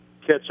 catch